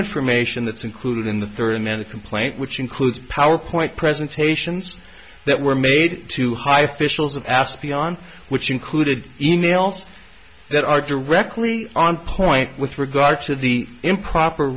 information that's included in the thirty minute complaint which includes power point presentations that were made to high officials and asked beyond which included e mails that are directly on point with regard to the improper